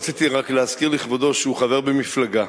רציתי רק להזכיר לכבודו שהוא חבר במפלגה